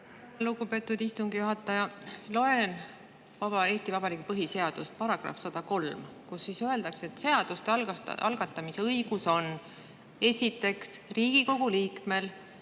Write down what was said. Lugupeetud istungi juhataja! Loen Eesti Vabariigi põhiseaduse § 103, kus öeldakse, et seaduste algatamise õigus on esiteks Riigikogu liikmel,